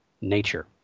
nature